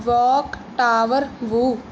walk tower ਵੂ